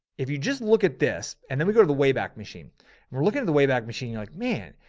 if you just look at this and then we go to the wayback machine and we're looking at the way back machine you're like, man,